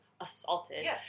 assaulted